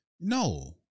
no